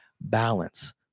balance